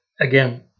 again